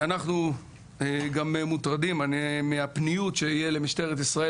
אנחנו גם מוטרדים מהפניות שיהיה למשטרת ישראל